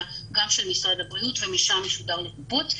גם של משרד הבריאות ומשם משודר לקופות,